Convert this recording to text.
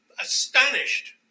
astonished